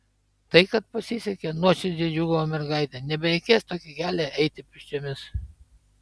tai kad pasisekė nuoširdžiai džiūgavo mergaitė nebereikės tokį kelią eiti pėsčiomis